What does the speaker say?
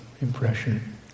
impression